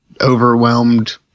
overwhelmed